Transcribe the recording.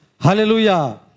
Hallelujah